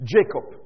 Jacob